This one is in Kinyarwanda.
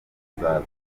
nzaza